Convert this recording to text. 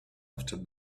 after